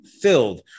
filled